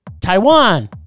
Taiwan